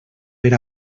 per